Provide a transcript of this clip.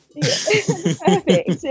Perfect